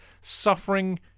suffering